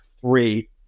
three